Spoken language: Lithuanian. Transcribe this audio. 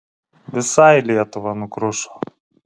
visai lietuva nukrušo